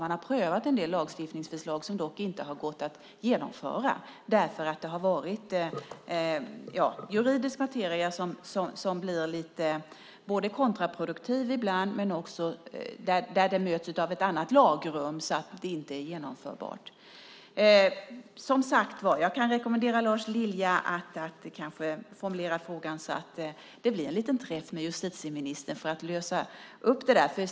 Man har prövat en del lagstiftningsförslag som dock inte har gått att genomföra därför att det har varit juridisk materia som blir kontraproduktiv ibland eller möts av ett annat lagrum så att det inte är genomförbart. Som sagt var, jag kan rekommendera Lars Lilja att formulera frågan så att det blir en liten träff med justitieministern för att lösa upp det.